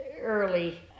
early